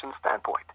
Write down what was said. standpoint